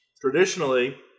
Traditionally